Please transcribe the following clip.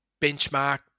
benchmark